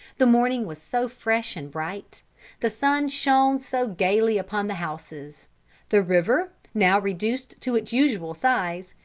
the morning was so fresh and bright the sun shone so gaily upon the houses the river, now reduced to its usual size,